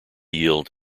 yield